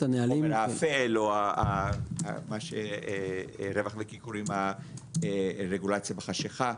הנהלים --- חומר האפל או מה שרווח עם הרגולציה בחשכה.